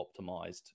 optimized